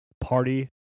Party